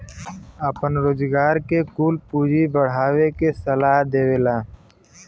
आपन रोजगार के कुल पूँजी बढ़ावे के सलाह देवला